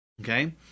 Okay